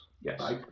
Yes